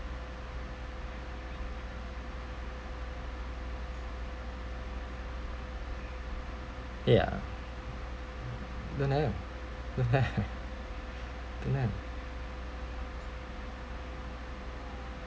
ya don't have don't have don't have